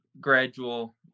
gradual